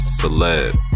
Celeb